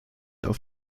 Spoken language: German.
auf